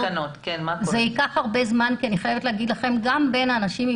זה ייקח הרבה זמן כי גם בין אנשים עם